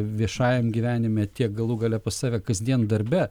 viešajam gyvenime tiek galų gale pas save kasdien darbe